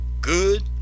good